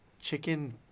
chicken